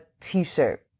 t-shirt